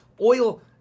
oil